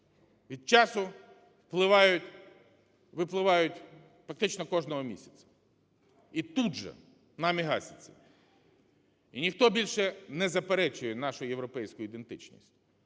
від часу випливають фактично кожного місяця і тут же нами гасяться. І ніхто більше не заперечує нашу європейську ідентичність.